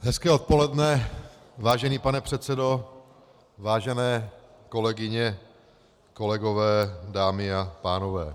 Hezké odpoledne, vážený pane předsedo, vážené kolegyně, vážení kolegové, dámy a pánové.